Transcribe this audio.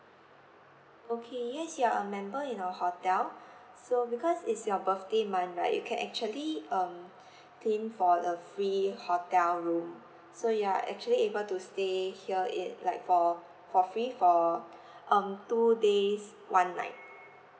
okay yes you are a member in our hotel so because it's your birthday month right you can actually um claim for a free hotel room so you are actually able to stay here it like for for free for um two days one night